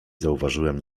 zauważyłem